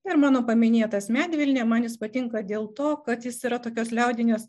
ir mano paminėtas medvilnė man patinka dėl to kad jis yra tokios liaudinės